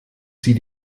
sie